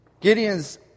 Gideon's